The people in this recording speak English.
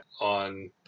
on